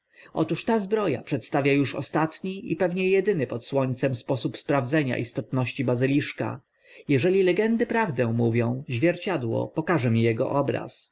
otóż ta zbro a przedstawia uż ostatni i pewnie edyny pod słońcem sposób sprawdzenia istności bazyliszka jeżeli legendy prawdę mówią zwierciadło pokaże mi ego obraz